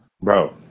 bro